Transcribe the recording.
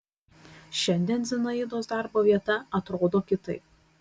šiandien zinaidos darbo vieta atrodo kitaip